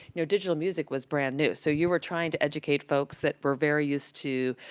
know, digital music was brand-new. so you were trying to educate folks that were very used to,